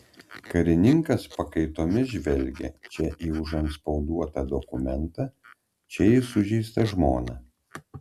karininkas pakaitomis žvelgė čia į užantspauduotą dokumentą čia į sužeistą žmoną